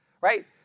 right